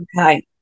Okay